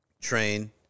train